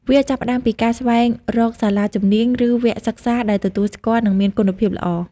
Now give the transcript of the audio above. វាចាប់ផ្តើមពីការស្វែងរកសាលាជំនាញ ឬវគ្គសិក្សាដែលទទួលស្គាល់ និងមានគុណភាពល្អ។